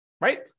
right